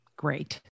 great